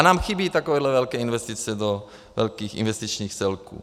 Nám chybí takovéto velké investice do velkých investičních celků.